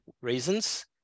reasons